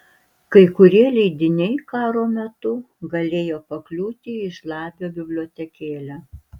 kai kurie leidiniai karo metu galėjo pakliūti į žlabio bibliotekėlę